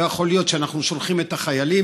לא יכול להיות שאנחנו שולחים את החיילים,